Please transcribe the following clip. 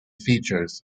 features